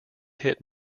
hit